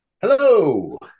Hello